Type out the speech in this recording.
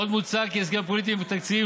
עוד מוצע כי "הסכמים פוליטיים תקציביים